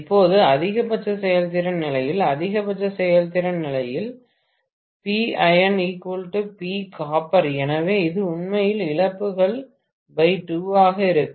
இப்போது அதிகபட்ச செயல்திறன் நிலையில் அதிகபட்ச செயல்திறன் நிலையில் PIron Pcopper எனவே இது உண்மையில் இழப்புகள் 2 ஆக இருக்கும்